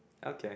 okay